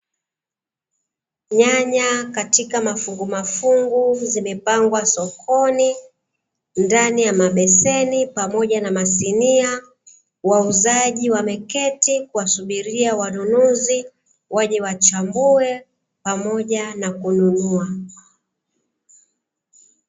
Nyanya katika mafungu mafungu, zimepangwa sokoni ndani ya mabeseni pamoja na masinia, wauzaji wameketi kuwasubiria wanunuzi waje wachague pamoja na kununua.